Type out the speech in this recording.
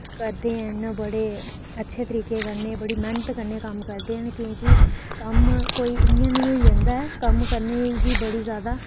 करदे हैन बड़े बड़ी अच्छी तरीके कन्नै बड़ी मेह्नत कन्नै कम्म करदे न कम्म कोई इं'या निं होई जंदा ऐ कम्म करने गी बी बड़ी जादा